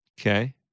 Okay